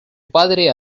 padre